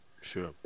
Sure